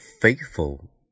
faithful